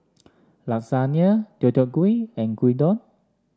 Lasagne Deodeok Gui and Gyudon